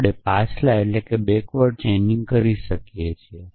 આપણે પાછલા ચેઇનિંગ કરી શકીએ છીએ